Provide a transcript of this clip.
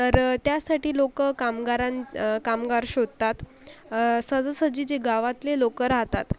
तर त्यासाठी लोकं कामगारां कामगार शोधतात सहजासहजी जे गावातले लोकं राहतात